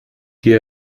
die